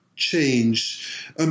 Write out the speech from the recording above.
Change